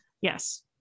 yes